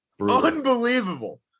unbelievable